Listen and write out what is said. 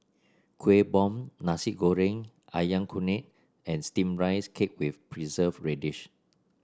Kueh Bom Nasi Goreng ayam kunyit and steamed Rice Cake with Preserved Radish